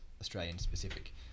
Australian-specific